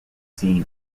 seen